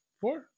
four